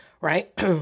right